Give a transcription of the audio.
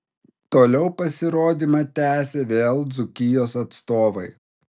toliau pasirodymą tęsė vėl dzūkijos atstovai